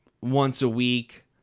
once-a-week